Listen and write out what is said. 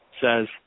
says